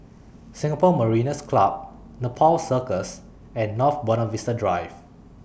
Singapore Mariners' Club Nepal Circus and North Buona Vista Drive